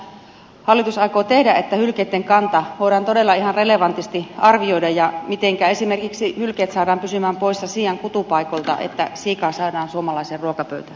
mitä hallitus aikoo tehdä että hylkeitten kanta voidaan todella ihan relevantisti arvioida ja mitenkä esimerkiksi hylkeet saadaan pysymään poissa siian kutupaikoilta että siikaa saadaan suomalaiseen ruokapöytään